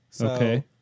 Okay